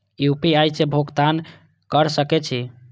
UPI से भुगतान क सके छी?